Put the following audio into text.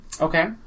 Okay